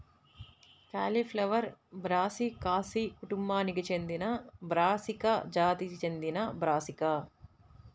cauliflower Brassicaceae కుటుంబానికి చెందినబ్రాసికా జాతికి చెందినబ్రాసికా